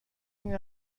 این